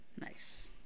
Nice